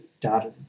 data